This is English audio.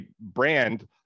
brand